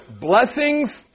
blessings